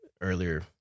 earlier